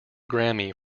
grammy